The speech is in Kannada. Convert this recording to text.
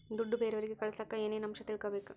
ದುಡ್ಡು ಬೇರೆಯವರಿಗೆ ಕಳಸಾಕ ಏನೇನು ಅಂಶ ತಿಳಕಬೇಕು?